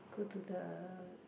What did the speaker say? go to the